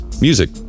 music